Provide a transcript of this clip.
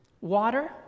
water